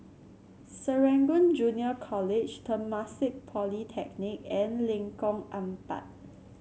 Serangoon Junior College Temasek Polytechnic and Lengkong Empat